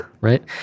right